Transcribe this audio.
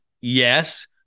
Yes